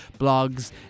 blogs